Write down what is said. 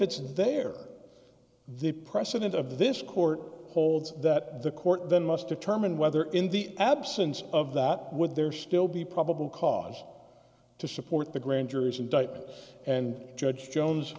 it's there the precedent of this court holds that the court then must determine whether in the absence of that would there still be probable cause to support the grand jury's indictment and judge jones